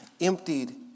emptied